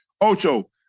Ocho